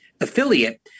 affiliate